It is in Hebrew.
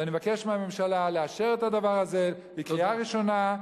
ואני מבקש מהממשלה לאשר את הדבר הזה בקריאה ראשונה,